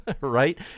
right